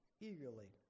eagerly